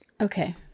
Okay